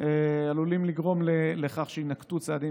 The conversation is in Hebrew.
עלולים לגרום לכך שיינקטו צעדים,